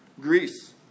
greece